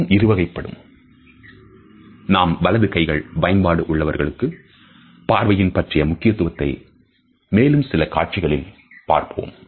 அதுவும் இருவகைப்படும் நாம்வலது கைகள் பயன்பாடு உள்ளவர்களுக்கு பார்வையின் பற்றிய முக்கியத்துவத்தை மேலும் சில காட்சிகளில்பார்ப்போம்